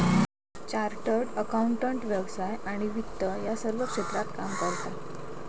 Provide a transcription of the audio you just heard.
chartered accountant व्यवसाय आणि वित्त या सर्व क्षेत्रात काम करता